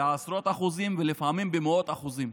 בעשרות אחוזים ולפעמים במאות אחוזים,